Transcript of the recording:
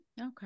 okay